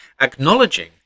Acknowledging